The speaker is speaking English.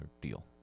deal